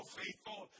faithful